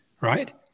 right